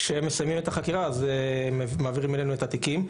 כשהם מסיימים את החקירה הם מעבירים אלינו את התיקים.